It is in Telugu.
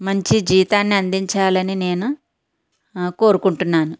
మంచి జీతాన్ని అందించాలని నేను కోరుకుంటున్నాను